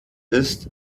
ist